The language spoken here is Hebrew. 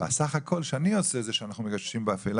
בסך הכול שאני רואה זה שאנחנו מגששים באפלה